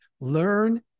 learn